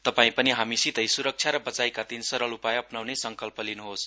तपाईं पनि हामीसितै सुरक्षा र बचाईका तीन सरल उपाय अप्नाउने संकल्प गर्नुहोस